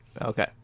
Okay